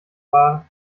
war